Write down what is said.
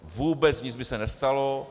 Vůbec nic by se nestalo.